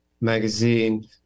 magazine